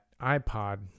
iPod